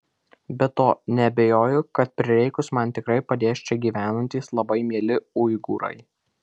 be to neabejoju kad prireikus man tikrai padės čia gyvenantys labai mieli uigūrai